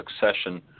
succession